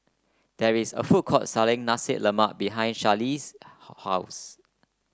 there is a food court selling Nasi Lemak behind Charlize's house